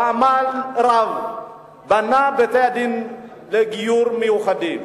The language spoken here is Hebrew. בעמל רב בנה בתי-דין לגיור, מיוחדים,